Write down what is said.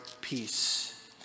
peace